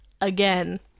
again